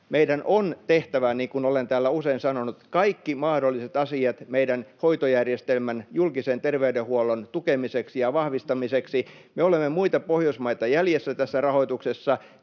Meidän on tehtävä, niin kuin olen täällä usein sanonut, kaikki mahdolliset asiat meidän hoitojärjestelmän, julkisen terveydenhuollon tukemiseksi ja vahvistamiseksi. Me olemme muita Pohjoismaita jäljessä tässä rahoituksessa.